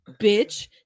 bitch